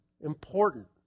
important